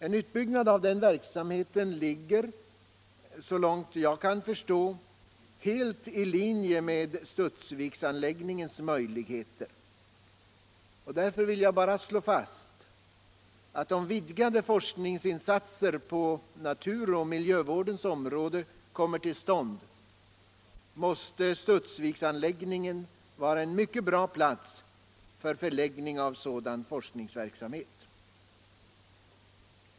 En utbyggnad av den verksamheten ligger — såvitt jag förstår — helt i linje med Studsviksanläggningens möjligheter. Därför vill jag bara slå fast att om vidgade forskningsinsatser på naturoch miljövårdens område kommer till stånd, är Studsviksanläggningen en mycket bra plats för förläggning av sådan forskningsverksamhet.